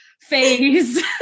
phase